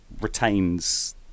retains